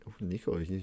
Nico